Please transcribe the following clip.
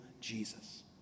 Jesus